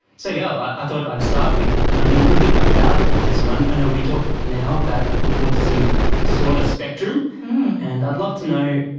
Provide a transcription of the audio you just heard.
so gail, i thought i'd start with learning a little bit about autism. and i know we talk now about an autism disorder spectrum and i'd love to know,